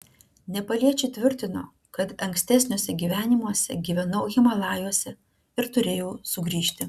nepaliečiai tvirtino kad ankstesniuose gyvenimuose gyvenau himalajuose ir turėjau sugrįžti